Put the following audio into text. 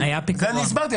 זה אני הסברתי,